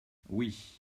oui